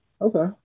Okay